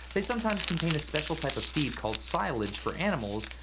they sometimes contain a special type of feed called silage for animals,